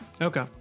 Okay